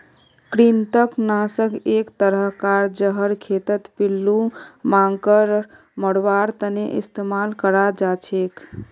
कृंतक नाशक एक तरह कार जहर खेतत पिल्लू मांकड़ मरवार तने इस्तेमाल कराल जाछेक